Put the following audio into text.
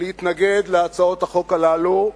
להתנגד להצעות החוק הללו,